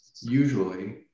usually